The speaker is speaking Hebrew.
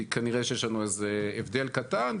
כי כנראה שיש לנו איזה הבדל קטן,